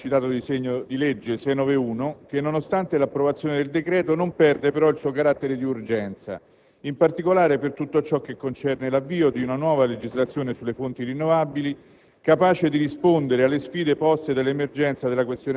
La questione sarà ovviamente più ampiamente trattata nel citato disegno di legge n. 691, che nonostante l'approvazione del decreto non perde il suo carattere di urgenza, in particolare per tutto ciò che concerne l'avvio di una nuova legislazione sulle fonti rinnovabili,